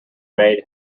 maid